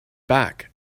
back